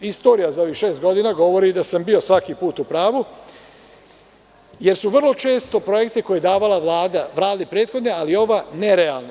Istorija za ovih šest godina govori da sam bio svaki put u pravu, jer su vrlo često projekti, koje su davale vlade prethodne ali i ova, nerealni.